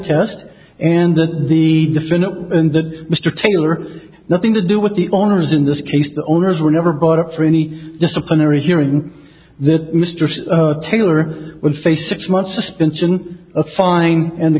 test and that the defendant and that mr taylor nothing to do with the owners in this case the owners were never brought up for any disciplinary hearing that mr taylor will face six months suspension a fine and the